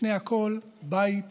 לפני הכול בית